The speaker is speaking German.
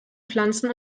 pflanzen